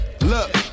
look